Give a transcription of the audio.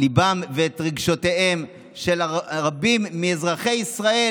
ליבם ואת רגשותיהם של רבים מאזרחי ישראל